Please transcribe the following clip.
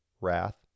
wrath